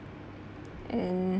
err